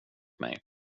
mig